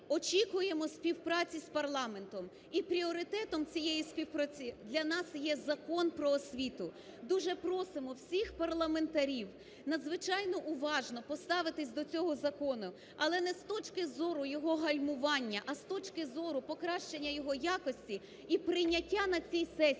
очікуємо співпраці з парламентом і пріоритетом цієї співпраці для нас є Закон "Про освіту". Дуже просимо всіх парламентарів надзвичайно уважно поставитись до цього закону, але не з точки зору його гальмування, а з точки зору покращення його якості і прийняття на цій сесії,